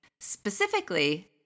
Specifically